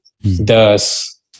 Thus